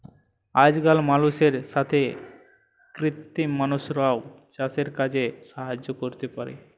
আজকাল মালুষের সাথ কৃত্রিম মালুষরাও চাসের কাজে সাহায্য ক্যরতে পারে